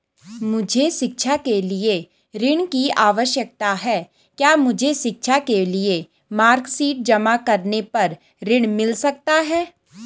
मुझे शिक्षा के लिए ऋण की आवश्यकता है क्या मुझे शिक्षा के लिए मार्कशीट जमा करने पर ऋण मिल सकता है?